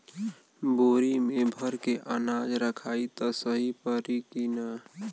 बोरी में भर के अनाज रखायी त सही परी की ना?